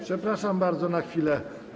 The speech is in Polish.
Przepraszam bardzo na chwilę.